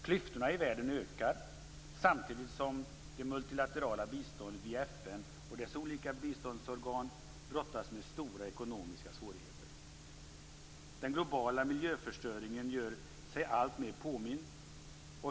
Klyftorna i världen ökar, samtidigt som FN och dess olika biståndsorgan brottas med stora ekonomiska svårigheter vad gäller det multilaterala biståndet. Den globala miljöförstöringen gör sig alltmer påmind.